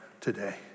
today